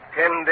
ten